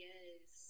Yes